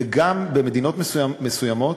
וגם, במדינות מסוימות